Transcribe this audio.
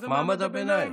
שזה מעמד הביניים.